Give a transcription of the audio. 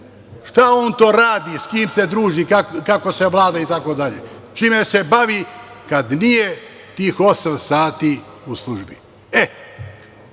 šta on to radi, sa kim se druži, kako se vlada itd, čime se bavi kada nije tih osam sati u službi?